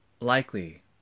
Likely